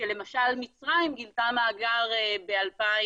כשלמשל מצרים גילתה מאגר ב-2015,